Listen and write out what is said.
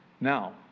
Now